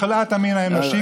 הוא חלאת המין האנושי,